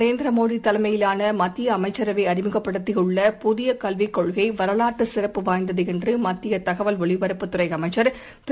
நரேந்திரமோடிதலைமயிலானமத்திறஅமைச்சரவைஅறிமுகப்படுத்தியுள்ள புதியகல்விகொள்கைவரலாற்றுசிறப்பு வாய்ந்ததுஎன்றுமத்தியதகவல் ஒலிபரப்புத் துறைஅமைச்சர் திரு